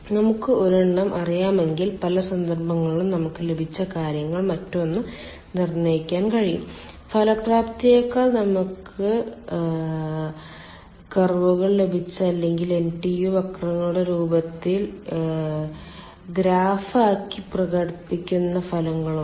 നമുക്ക് ഒരെണ്ണം അറിയാമെങ്കിൽ പല സന്ദർഭങ്ങളിലും നമുക്ക് ലഭിച്ച കാര്യങ്ങൾ മറ്റൊന്ന് നിർണ്ണയിക്കാൻ കഴിയും ഫലപ്രാപ്തിക്കായി നമുക്ക് കർവുകൾ ലഭിച്ചു അല്ലെങ്കിൽ NTU വക്രങ്ങളുടെ രൂപത്തിൽ ഗ്രാഫിക്കായി പ്രകടിപ്പിക്കുന്ന ഫലങ്ങൾ ഉണ്ട്